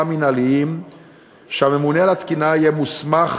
מינהליים שהממונה על התקינה יהיה מוסמך